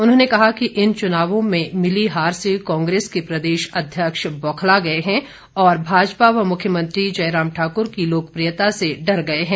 उन्होंने कहा कि इन चुनावों में मिली हार से कांग्रेस के प्रदेशाध्यक्ष बौखला गए हैं और भाजपा व मुख्यमंत्री जयराम ठाकुर की लोकप्रियता से डर गए हैं